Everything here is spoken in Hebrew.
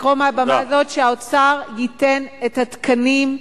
לקרוא מהבמה הזאת שהאוצר ייתן את התקנים,